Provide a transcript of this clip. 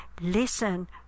Listen